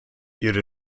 ihre